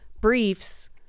briefs